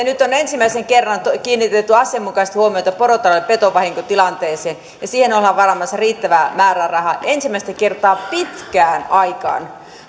nyt on ensimmäisen kerran kiinnitetty asianmukaisesti huomiota porotalouden petovahinkotilanteeseen ja siihen ollaan varaamassa riittävä määräraha ensimmäistä kertaa pitkään aikaan